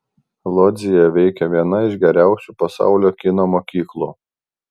lodzėje veikia viena iš geriausių pasaulio kino mokyklų